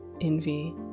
envy